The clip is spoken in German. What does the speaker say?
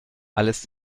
alles